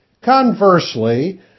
Conversely